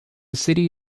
city